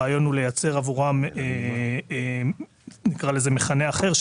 הרעיון הוא לייצר עבורן מכנה אחר,